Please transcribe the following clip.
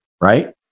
right